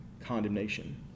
condemnation